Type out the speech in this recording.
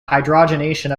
hydrogenation